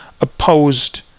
opposed